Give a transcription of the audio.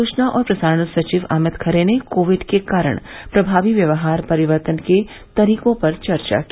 सुचना और प्रसारण सचिव अमित खरे ने कोविड के कारण प्रभावी व्यवहार परिवर्तन के तरीकों पर चर्चा की